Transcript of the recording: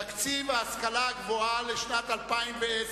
תקציב ההשכלה הגבוהה לשנת 2010,